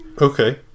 okay